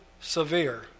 severe